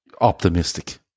optimistic